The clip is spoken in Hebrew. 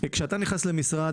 כשאתה נכנס למשרד,